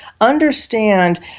understand